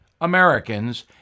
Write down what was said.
Americans